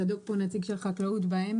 צדוק דורלכר הוא הנציג שלו כאן,